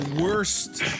worst